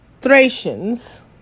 Thracians